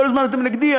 כל הזמן: אתם נגדי,